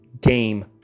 game